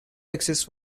access